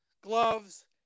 gloves